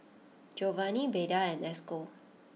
Jovany Beda and Esco